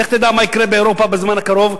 לך תדע מה יקרה באירופה בזמן הקרוב,